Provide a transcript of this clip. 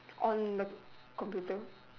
on the computer